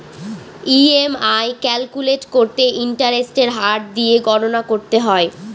EMI calculate করতে ইন্টারেস্টের হার দিয়ে গণনা করতে হয়